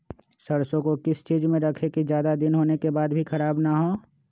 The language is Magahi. सरसो को किस चीज में रखे की ज्यादा दिन होने के बाद भी ख़राब ना हो?